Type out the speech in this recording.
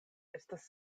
estas